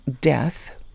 death